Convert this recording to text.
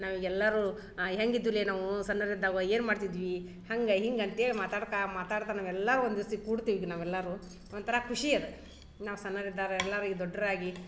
ನಾವೀಗ ಎಲ್ಲರು ಹೇಗಿದ್ದುಲೆ ನಾವು ಸಣ್ಣವರಿದ್ದಾಗ ಏನು ಮಾಡ್ತಿದ್ವಿ ಹಂಗೆ ಹಿಂಗ ಅಂತೇಳಿ ಮಾತಾಡ್ಕ ಮಾತಾಡ್ತಾ ನಾವೆಲ್ಲರು ಒಂದಿವ್ಸ ಕೂಡ್ತಿವೀಗ ನಾವೆಲ್ಲರು ಒಂಥರ ಖುಷಿ ಅದು ನಾವು ಸಣ್ಣವ್ರಿದ್ದಾರ ಎಲ್ಲರು ಈಗ ದೊಡ್ಡ್ರ ಆಗಿ